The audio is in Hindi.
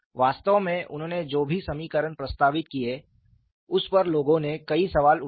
वास्तव में उन्होंने जो भी समीकरण प्रस्तावित किए उस पर लोगो ने कई सवाल उठाये